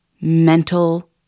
mental